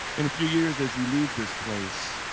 in a few years as you leave this place,